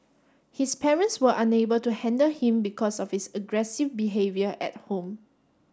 his parents were unable to handle him because of his aggressive behaviour at home